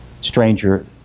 stranger